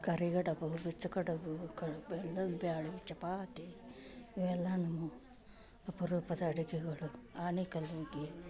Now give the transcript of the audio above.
ಕರಿಗಡಬು ಗುಚ್ಚ ಕಡಬು ಬ್ಯಾಳಿ ಚಪಾತಿ ಇವೆಲ್ಲಾನೂ ಅಪರೂಪದ ಅಡಿಗೆಗಳು ಆಣೆ ಕಲ್ಲಿಗೆ